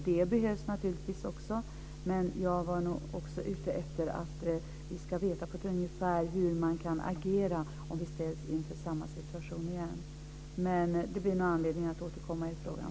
Det behövs naturligtvis också, men jag var också ute efter hur vi ska agera om vi ställs inför samma situation igen. Men det blir nog anledning att återkomma i frågan.